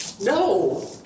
No